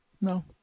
no